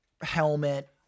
helmet